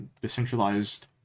decentralized